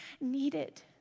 needed